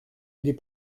des